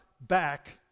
back